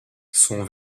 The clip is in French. sont